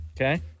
Okay